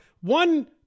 one